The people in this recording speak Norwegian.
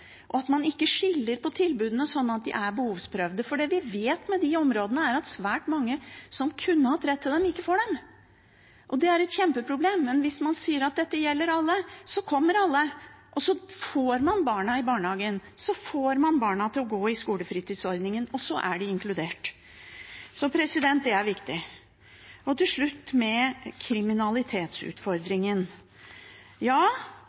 og at man ikke skiller på tilbudet sånn at det er behovsprøvd. Det vi vet med de områdene, er at svært mange som kunne hatt rett til det, ikke får det. Det er et kjempeproblem. Men hvis man sier at dette gjelder alle, så kommer alle, og så får man barna i barnehagen, man får barna til å gå i skolefritidsordningen, og så er de inkludert. Det er viktig. Til slutt til kriminalitetsutfordringen: Ja,